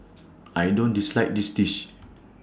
I don't dislike this dish